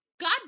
god